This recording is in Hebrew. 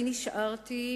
אני נשארתי,